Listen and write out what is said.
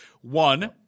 One